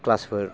क्लासफोर